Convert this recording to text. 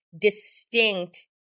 distinct